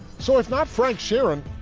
so if not frank sheeran,